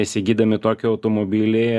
įsigydami tokį automobilį